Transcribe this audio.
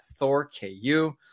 Thorku